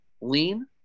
lean